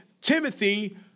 Timothy